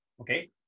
okay